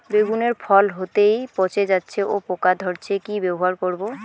বেগুনের ফল হতেই পচে যাচ্ছে ও পোকা ধরছে কি ব্যবহার করব?